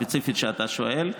הספציפית שאתה שואל עליה.